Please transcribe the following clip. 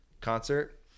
concert